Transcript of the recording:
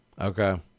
Okay